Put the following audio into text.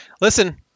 Listen